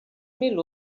mil